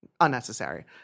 Unnecessary